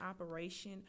operation